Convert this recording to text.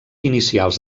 inicials